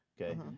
Okay